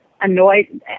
annoyed